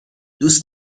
دوست